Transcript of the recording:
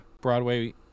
Broadway